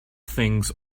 things